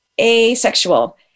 asexual